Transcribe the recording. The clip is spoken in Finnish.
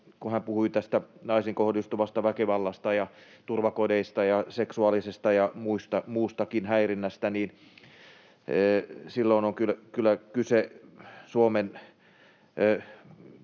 kun hän puhui naisiin kohdistuvasta väkivallasta ja turvakodeista ja seksuaalisesta ja muustakin häirinnästä, että silloin